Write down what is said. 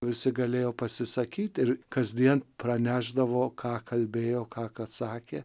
visi galėjo pasisakyt ir kasdien pranešdavo ką kalbėjo ką kas sakė